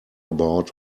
about